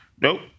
Nope